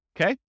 Okay